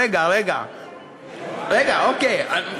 אוקיי.